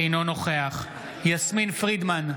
אינו נוכח יסמין פרידמן,